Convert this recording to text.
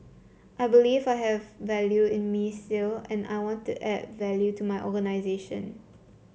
I believe I have value in me still and I want to add value to my organisation